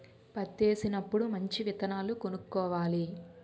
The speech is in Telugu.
పత్తేసినప్పుడు మంచి విత్తనాలు కొనుక్కోవాలి